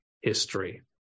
history